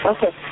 Okay